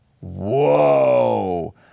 Whoa